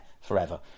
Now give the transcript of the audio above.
forever